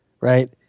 right